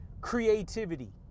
creativity